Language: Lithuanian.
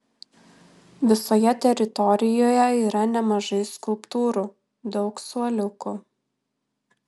visoje teritorijoje yra nemažai skulptūrų daug suoliukų